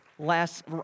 last